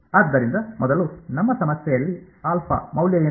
ಆದ್ದರಿಂದ ಮೊದಲು ನಮ್ಮ ಸಮಸ್ಯೆಯಲ್ಲಿ ಮೌಲ್ಯ ಏನು